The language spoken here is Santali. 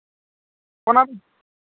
ᱚᱱᱟᱫᱚ